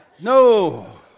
No